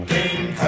King